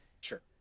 Sure